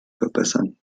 verbessern